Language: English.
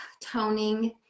toning